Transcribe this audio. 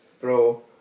bro